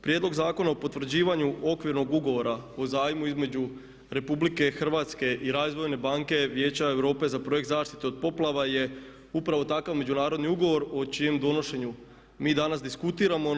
Prijedlog zakona o potvrđivanju Okvirnog ugovora o zajmu između Republike Hrvatske i Razvojne banke Vijeća Europe za projekt zaštite od poplava je upravo takav međunarodni ugovor o čijem donošenju mi danas diskutiramo.